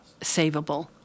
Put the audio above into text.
savable